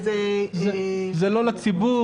זה לא לציבור.